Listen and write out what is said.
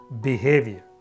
behavior